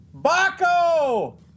Baco